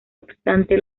obstante